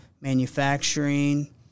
manufacturing